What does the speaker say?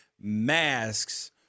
masks